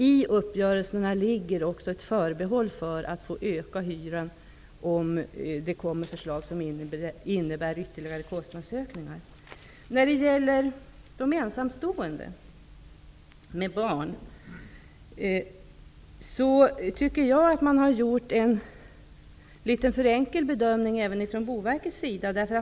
I uppgörelserna ligger också ett förebehåll för att hyran kan komma att öka om det kommer förslag som innebär ytterligare kostnadsökningar. När det gäller de ensamstående med barn tycker jag att man har gjort en litet för enkel bedömning, även från Boverkets sida.